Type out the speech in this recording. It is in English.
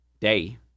Day